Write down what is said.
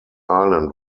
island